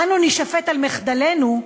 אנו נישפט על מחדלינו,